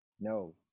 No